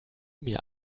mir